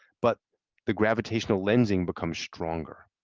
but the gravitational lensing becomes stronger.